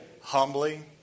humbly